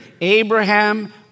Abraham